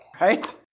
right